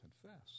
confess